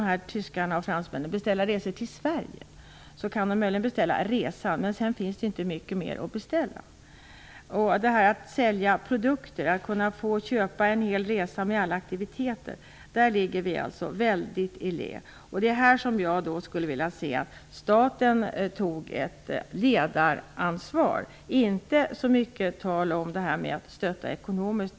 Om tyskarna och fransmännen vill beställa resor till Sverige kan de möjligen beställa resan. Sedan finns det inte mycket mer att beställa. Vi ligger i lä när det gäller att sälja produkter, t.ex. hela resor med flera aktiviteter. Jag skulle i detta sammanhang vilja se att staten tog ett ledaransvar. Det är inte så mycket fråga om att man skall stötta ekonomiskt.